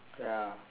ya